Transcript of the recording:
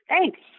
Thanks